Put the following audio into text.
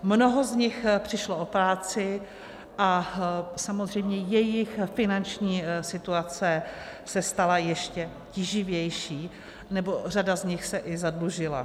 Mnoho z nich přišlo o práci a samozřejmě jejich finanční situace se stala ještě tíživější, nebo řada z nich se i zadlužila.